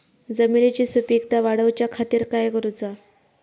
जमिनीची सुपीकता वाढवच्या खातीर काय करूचा?